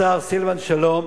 השר סילבן שלום,